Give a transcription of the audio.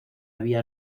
había